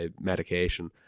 medication